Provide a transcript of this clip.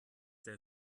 der